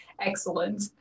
excellent